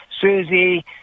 Susie